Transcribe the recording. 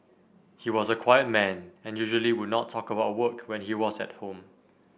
he was a quiet man and usually would not talk about work when he was at home